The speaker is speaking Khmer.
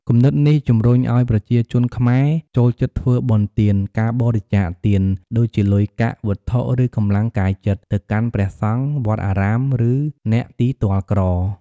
គំនិតនេះជំរុញឱ្យប្រជាជនខ្មែរចូលចិត្តធ្វើបុណ្យទាន ការបរិច្ចាគទាន ដូចជាលុយកាក់ វត្ថុ ឬកម្លាំងកាយចិត្ត ទៅកាន់ព្រះសង្ឃ វត្តអារាម ឬអ្នកទីទ័លក្រ។